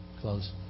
close